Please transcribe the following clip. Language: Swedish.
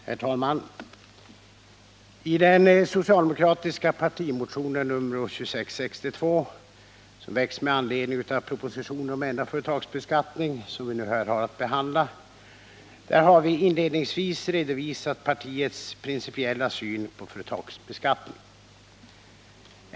Herr talman! I den socialdemokratiska partimotionen 2662, väckt med anledning av propositionen om ändrad företagsbeskattning, som vi nu har att behandla har vi inledningsvis redovisat partiets principiella syn på företagsbeskattningen.